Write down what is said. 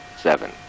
seven